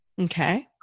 Okay